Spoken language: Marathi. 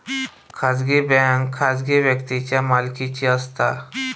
खाजगी बँक खाजगी व्यक्तींच्या मालकीची असता